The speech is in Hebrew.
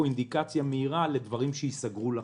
אינדיקציה מהירה לדברים שייסגרו לחלוטין.